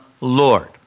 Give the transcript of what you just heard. Lord